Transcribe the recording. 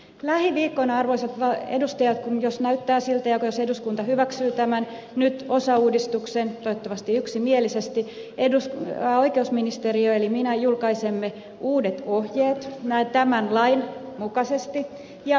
lähiviikkoina arvoisat edustajat jos näyttää siltä että eduskunta hyväksyy tämän osauudistuksen toivottavasti yksimielisesti oikeusministeriö eli minä julkaisee uudet ohjeet tämän lain mukaisesti ja uuden lomakkeen